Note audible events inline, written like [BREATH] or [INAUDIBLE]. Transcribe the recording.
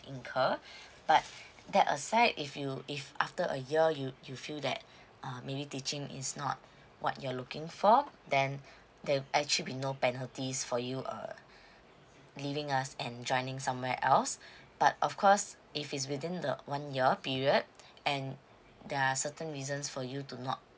incur [BREATH] but that a side if you if after a year you you feel that uh maybe teaching is not what you are looking for then there actually be no penalties for you err leaving us and joining somewhere else but of course if it's within the one year period and there are certain reasons for you to not